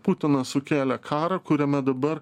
putinas sukėlė karą kuriame dabar